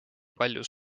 palju